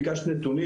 ביקשת נתונים,